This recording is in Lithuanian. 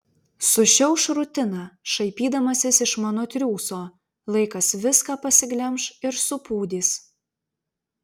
sušiauš rutiną šaipydamasis iš mano triūso laikas viską pasiglemš ir supūdys